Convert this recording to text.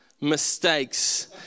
mistakes